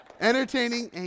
Entertaining